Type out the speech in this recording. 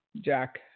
Jack